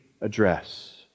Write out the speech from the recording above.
address